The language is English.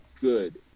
good